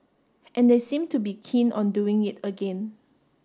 and they seem to be keen on doing it again